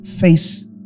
face